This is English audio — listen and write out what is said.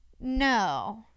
No